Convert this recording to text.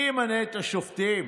מי ימנה את השופטים?